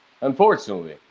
Unfortunately